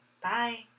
Bye